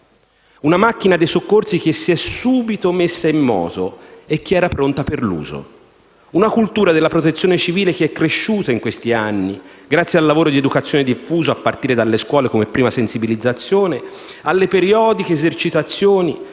La macchina dei soccorsi si è subito messa in moto ed era pronta per l'uso. La cultura della protezione civile è cresciuta in questi anni grazie al lavoro di educazione diffuso, a partire dalle scuole come prima sensibilizzazione, e alle periodiche esercitazioni